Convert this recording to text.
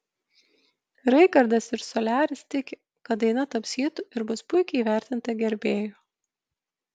raigardas ir soliaris tiki kad daina taps hitu ir bus puikiai įvertinta gerbėjų